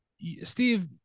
Steve